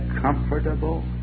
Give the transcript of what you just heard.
comfortable